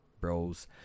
Bros